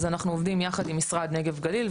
אז אנחנו עובדים יחד עם משרד נגב גליל,